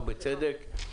ובצדק.